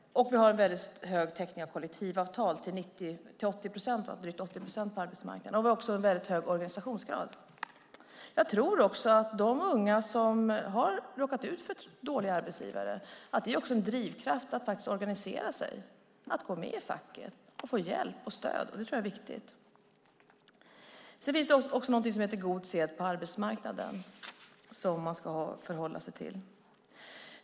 Och vi har en hög täckning av kollektivavtal, drygt 80 procent, på arbetsmarknaden. Vi har också en hög organisationsgrad. Jag tror också att för de unga som har råkat ut för dåliga arbetsgivare är det en drivkraft att organisera sig, att gå med i facket för att få hjälp och stöd. Det tror jag är viktigt. Sedan finns det också något som heter god sed på arbetsmarknaden som man ska förhålla sig till.